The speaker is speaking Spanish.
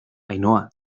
ainhoa